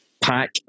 pack